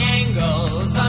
angles